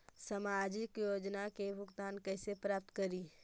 सामाजिक योजना से भुगतान कैसे प्राप्त करी?